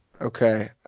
Okay